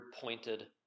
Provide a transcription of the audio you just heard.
pointed